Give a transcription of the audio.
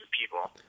people